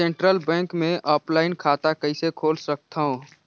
Central bank मे offline खाता कइसे खोल सकथव?